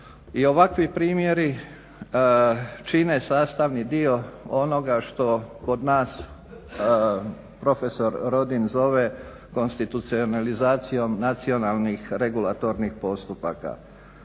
i ovakvi primjeri čine sastavni dio onoga što kod nas profesor Rodin zove konstitucionalizacijom nacionalnih regulatornih postupaka.